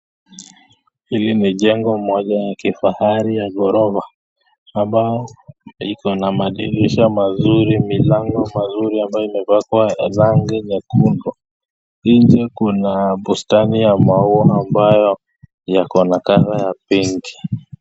Hili ni jengo moja ya kifahali ya ghorofa ,hapa iko na madirisha mazuri milango mazuri ambayo imepakwa rangi nyekundu ,nje kuna bustani ya maua ambayo yako na (cs) colour (cs) ya pinki.